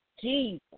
Jesus